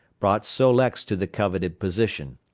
brought sol-leks to the coveted position.